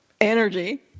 energy